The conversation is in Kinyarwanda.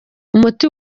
umuti